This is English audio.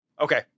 Okay